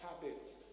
habits